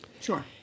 Sure